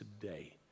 today